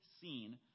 seen